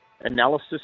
analysis